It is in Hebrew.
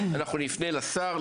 אנחנו נפנה לשר,